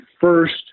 first